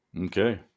Okay